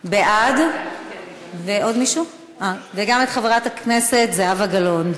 בעד, וגם את חברת הכנסת זהבה גלאון.